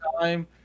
time